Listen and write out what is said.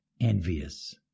envious